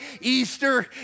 Easter